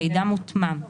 מידע מותמם);